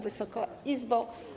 Wysoka Izbo!